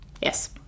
Yes